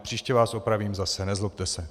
Příště vás opravím zase, nezlobte se.